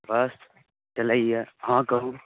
बस चलैए अहाँ कहू